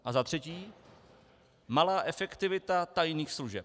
A za třetí, malá efektivita tajných služeb.